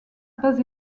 pas